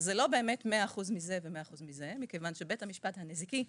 זה לא באמת 100 אחוזים מזה ו-100 אחוזים מזה מכיוון שבית המשפט הנזיקי,